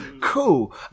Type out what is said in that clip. cool